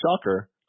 Shocker